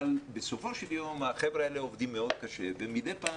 אבל בסופו של יום החבר'ה האלה עובדים מאוד קשה ומדי פעם